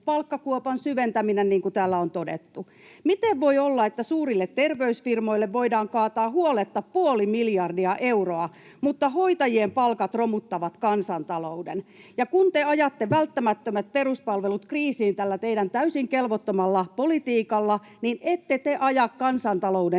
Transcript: palkkakuopan syventäminen, niin kuin täällä on todettu. Miten voi olla, että suurille terveysfirmoille voidaan kaataa huoletta puoli miljardia euroa mutta hoitajien palkat romuttavat kansantalouden? Ja kun te ajatte välttämättömät peruspalvelut kriisiin tällä teidän täysin kelvottomalla politiikallanne, niin ette te aja kansantalouden